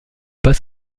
pas